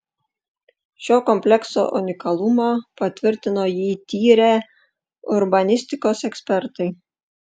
šio komplekso unikalumą patvirtino jį tyrę urbanistikos ekspertai